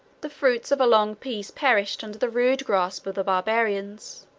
the fruits of a long peace perished under the rude grasp of the barbarians